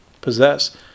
possess